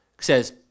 says